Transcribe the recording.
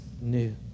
new